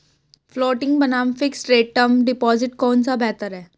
Floating बनाम fixed rate term deposit कौन सा बेहतर है?